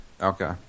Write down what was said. Okay